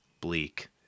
bleak